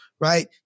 right